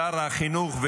שר החינוך,